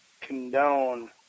condone